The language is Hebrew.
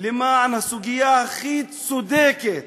למען הסוגיה הכי צודקת